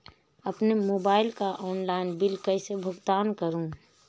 अपने मोबाइल का online bill कैसे भुगतान करूं?